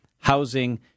housing